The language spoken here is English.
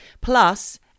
plus